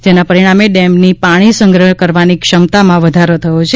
જેના પરિણામે ડેમની પાણી સંગ્રહ કરવાની ક્ષમતામાં વધારો થયો છે